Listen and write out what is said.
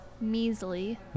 Measly